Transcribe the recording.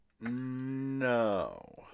No